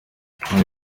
aho